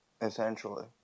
essentially